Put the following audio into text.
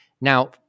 Now